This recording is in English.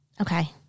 Okay